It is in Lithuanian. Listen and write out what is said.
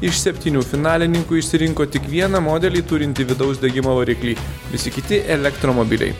iš septynių finalininkų išsirinko tik vieną modelį turintį vidaus degimo variklį visi kiti elektromobiliai